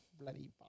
Bloody